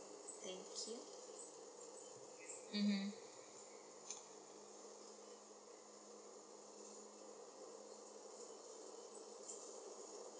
thank you mmhmm